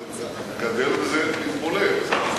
זה גדל ומתבולל.